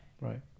right